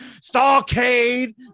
Stalkade